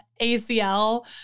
ACL